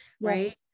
right